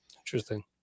Interesting